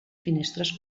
finestres